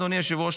אדוני היושב-ראש,